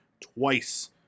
twice